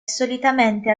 solitamente